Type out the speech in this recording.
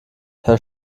herr